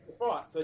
Right